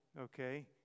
Okay